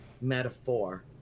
metaphor